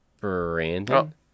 Brandon